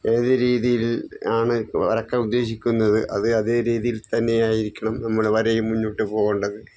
ഏതു രീതിയിലാണു വരയ്ക്കാന് ഉദ്ദേശിക്കുന്നത് അത് അതേ രീതിയിൽ തന്നെയായിരിക്കണം നമ്മള് വരയും മുന്നോട്ടു പോകേണ്ടത്